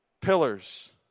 pillars